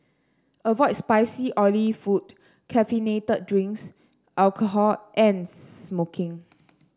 avoid spicy oily food caffeinated drinks alcohol and smoking